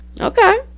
Okay